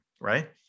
right